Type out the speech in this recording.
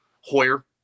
Hoyer